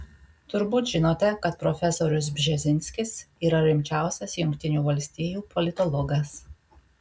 turbūt žinote kad profesorius bžezinskis yra rimčiausias jungtinių valstijų politologas